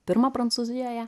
pirmą prancūzijoje